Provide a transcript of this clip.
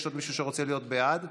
יש עוד מישהו שרוצה להיות בעד?